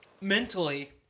mentally